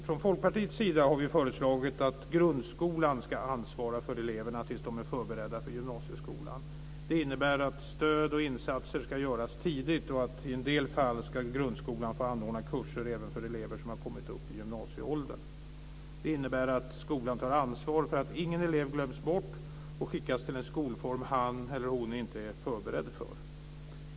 Från Folkpartiets sida har vi föreslagit att grundskolan ska ansvara för eleverna tills de är förberedda för gymnasieskolan. Det innebär att stöd och insatser ska göras tidigt och att grundskolan i en del fall ska få anordna kurser även för elever som har kommit upp i gymnasieåldern. Det innebär att skolan tar ansvar för att ingen elev glöms bort och skickas till en skolform han eller hon inte är förberedd för.